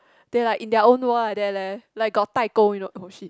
they like in their own world like that like leh like got 代沟 you know oh shit